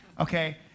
Okay